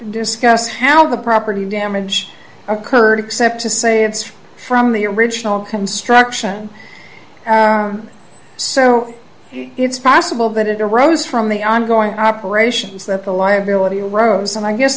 discuss how the property damage occurred except to say it's from the original construction so it's possible that it arose from the ongoing operations that the liability arose and i guess